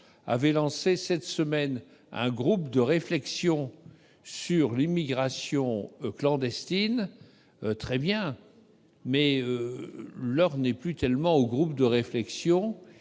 a lancé cette semaine un groupe de réflexion sur l'immigration clandestine. C'est très bien, mais l'heure n'est plus tellement aux groupes de réflexion,